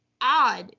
odd